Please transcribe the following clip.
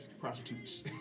prostitutes